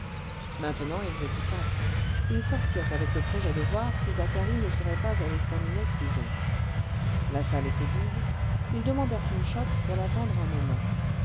maintenant ils étaient quatre ils sortirent avec le projet de voir si zacharie ne serait pas à l'estaminet tison la salle était vide ils demandèrent une chope pour l'attendre un moment